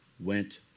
went